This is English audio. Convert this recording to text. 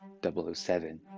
007